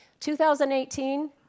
2018